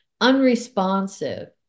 unresponsive